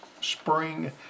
spring